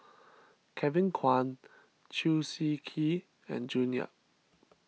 Kevin Kwan Chew Swee Kee and June Yap